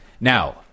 now